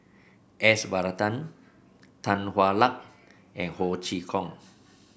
S Varathan Tan Hwa Luck and Ho Chee Kong